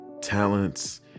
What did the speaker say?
talents